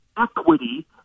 equity